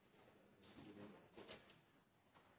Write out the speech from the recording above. siden